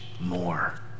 more